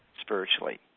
spiritually